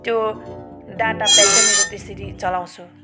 त्यो data pack चाहिँ मेरो त्यसरी चलाउँछु